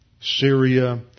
Syria